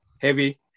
heavy